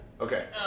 Okay